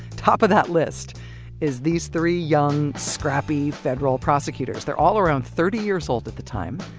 top of that list is these three young, scrappy federal prosecutors, they're all around thirty years old at the time,